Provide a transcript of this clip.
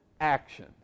action